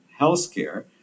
healthcare